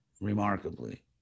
remarkably